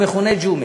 המכונה ג'ומס.